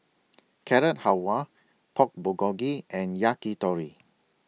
Carrot Halwa Pork Bulgogi and Yakitori